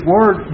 Word